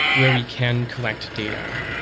where we can collect data.